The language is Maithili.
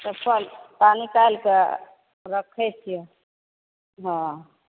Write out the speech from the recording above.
तब चल तऽ निकाइल कऽ रखै छियौ हॅं